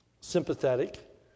sympathetic